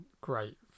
great